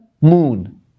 moon